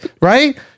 Right